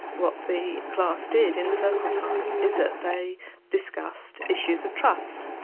what the class did in circle time is that they discussed issues of trust.